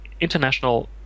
international